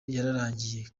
yararangiye